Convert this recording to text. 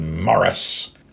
Morris